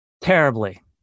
Terribly